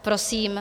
Prosím.